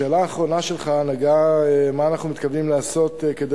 השאלה האחרונה שלך היתה מה אנחנו מתכוונים לעשות כדי